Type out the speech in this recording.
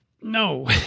no